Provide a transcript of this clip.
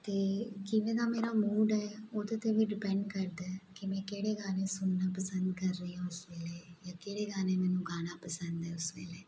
ਅਤੇ ਕਿਵੇਂ ਦਾ ਮੇਰਾ ਮੂਡ ਹੈ ਉਹਦੇ 'ਤੇ ਵੀ ਡਿਪੈਂਡ ਕਰਦਾ ਹੈ ਕਿ ਮੈਂ ਕਿਹੜੇ ਗਾਣੇ ਸੁਣਨਾ ਪਸੰਦ ਕਰ ਰਹੀ ਹਾਂ ਉਸ ਵੇਲੇ ਜਾਂ ਕਿਹੜੇ ਗਾਣੇ ਮੈਨੂੰ ਗਾਣਾ ਪਸੰਦ ਹੈ ਉਸ ਵੇਲੇ